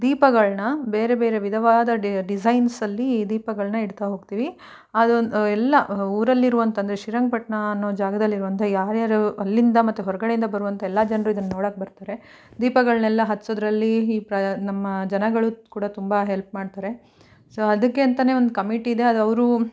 ದೀಪಗಳನ್ನು ಬೇರೆ ಬೇರೆ ವಿಧವಾದ ಡಿಸೈನ್ಸಲ್ಲಿ ಈ ದೀಪಗಳನ್ನು ಇಡ್ತಾ ಹೋಗ್ತೀವಿ ಅದೊಂದು ಎಲ್ಲ ಊರಲ್ಲಿ ಇರುವಂಥ ಅಂದರೆ ಶ್ರೀರಂಗಪಟ್ಟಣ ಅನ್ನೋ ಜಾಗದಲ್ಲಿರುವಂಥ ಯಾರು ಯಾರೋ ಅಲ್ಲಿಂದ ಮತ್ತು ಹೊರಗಡೆಯಿಂದ ಬರುವಂಥ ಎಲ್ಲ ಜನರು ಇದನ್ನು ನೋಡೋಕ್ ಬರ್ತಾರೆ ದೀಪಗಳನ್ನೆಲ್ಲಾ ಹಚ್ಚೋದರಲ್ಲಿ ಈ ಪ್ರ ನಮ್ಮ ಜನಗಳು ಕೂಡ ತುಂಬ ಹೆಲ್ಪ್ ಮಾಡ್ತಾರೆ ಸೊ ಅದಕ್ಕೆ ಅಂತಾನೆ ಒಂದು ಕಮಿಟಿ ಇದೆ ಅದು ಅವರು